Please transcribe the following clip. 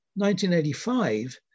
1985